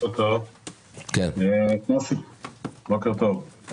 בוקר טוב.